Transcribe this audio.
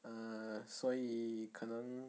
err 所以可能